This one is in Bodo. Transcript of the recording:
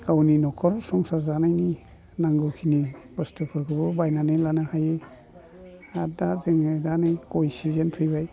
गावनि न'खर संसार जानायनि नांगौखिनि बुस्थुफोरखौबो बायनानै लानो हायो आरो दा नै गय सिजेन फैबाय